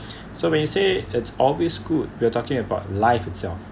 so when you say it's always good we're talking about life itself